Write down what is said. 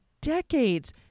decades